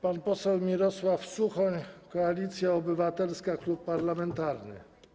Pan poseł Mirosław Suchoń, Koalicja Obywatelska, klub parlamentarny.